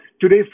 today